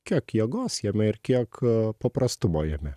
kiek jėgos jame ir kiek paprastumo jame